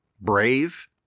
Brave